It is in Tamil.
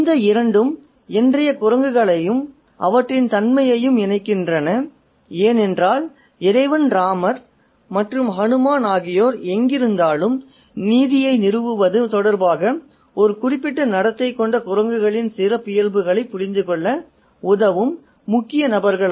இந்த இரண்டும் இன்றைய குரங்குகளையும் அவற்றின் தன்மையையும் இணைக்கின்றன ஏனென்றால் இறைவன் ராமர் மற்றும் ஹனுமான் ஆகியோர் எங்கிருந்தாலும் நீதியை நிறுவுவது தொடர்பாக ஒரு குறிப்பிட்ட நடத்தை கொண்ட குரங்குகளின் சிறப்பியல்புகளைப் புரிந்துகொள்ள உதவும் முக்கிய நபர்கள்